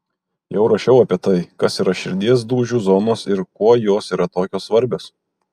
jau rašiau apie tai kas yra širdies dūžių zonos ir kuo jos yra tokios svarbios